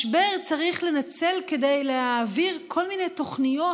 משבר צריך לנצל כדי להעביר כל מיני תוכניות